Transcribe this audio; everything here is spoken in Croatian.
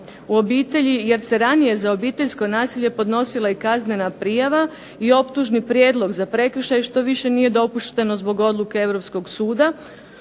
u obitelji, jer se ranije za obiteljsko nasilje podnosila i kaznena prijava i optužni prijedlog za prekršaj što više nije dopušteno zbog odluke Europskog suda.